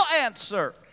answer